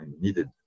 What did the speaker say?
needed